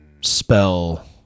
spell